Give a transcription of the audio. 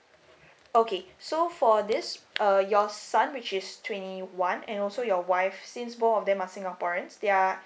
okay so for this uh your son which is twenty one and also your wife since both of them are singaporeans they are